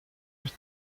with